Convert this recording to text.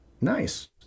Nice